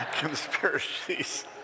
conspiracies